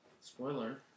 Spoiler